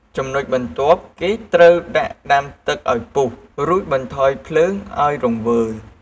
ចំណុចបន្ទាប់ គេត្រូវដាក់ដាំទឹកឱ្យពុះ រួចបន្ថយភ្លើងឱ្យរង្វើល។